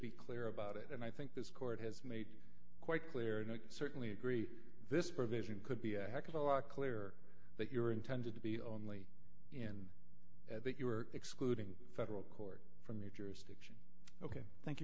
be clear about it and i think this court has made it quite clear and i certainly agree this provision could be a heck of a lot clearer that you're intended to be only in that you are excluding federal court from the jurisdiction ok thank you